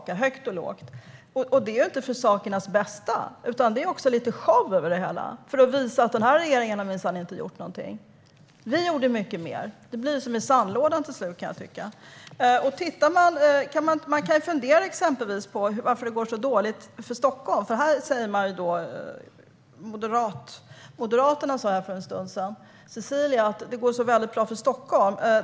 Det har varit högt och lågt, och det är inte för sakernas bästa, utan det är lite show över det hela, som för att visa att den här regeringen minsann inte har gjort någonting utan att man själv gjorde mycket mer. Det blir som i sandlådan till slut, kan jag tycka. Man kan fundera på varför det går så dåligt för exempelvis Stockholm. Cecilia från Moderaterna sa här för en stund sedan att det går väldigt bra för Stockholm.